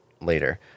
later